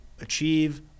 achieve